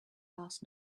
last